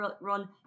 run